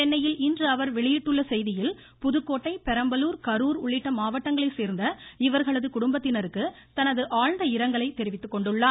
சென்னையில் இன்று அவர் வெளியிட்டுள்ள செய்தியில் புதுக்கோட்டை பெரம்பலூர் கரூர் உள்ளிட்ட மாவட்டங்களைச் சேர்ந்த இவர்களது குடும்பத்தினருக்கு தனது ஆழ்ந்த இரங்கலையும் தெரிவித்துக்கொண்டுள்ளார்